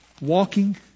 walking